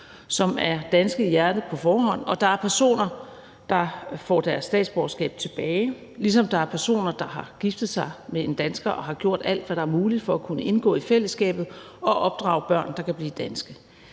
er danske i hjertet, og der er personer, som får deres statsborgerskab tilbage, ligesom der er personer, der har giftet sig med en dansker og gjort alt, hvad der er muligt, for at indgå i fællesskabet, og som har opdraget deres børn til at blive danske.